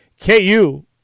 KU